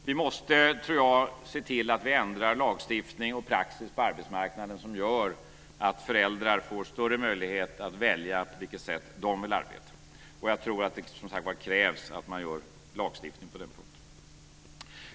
Vi måste, tror jag, se till att ändra lagstiftning och praxis på arbetsmarknaden, som gör att föräldrar får större möjlighet att välja på vilket sätt de vill arbeta. Jag tror, som sagt, att det krävs lagstiftning på den punkten.